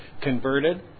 converted